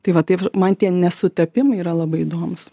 tai va tai žo man tie nesutapimai yra labai įdomūs